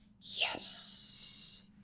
yes